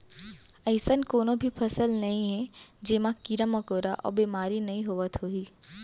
अइसन कोनों भी फसल नइये जेमा कीरा मकोड़ा अउ बेमारी नइ होवत होही